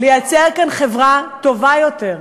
לייצר כאן חברה טובה יותר,